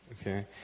Okay